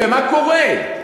ומה קורה?